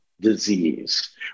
disease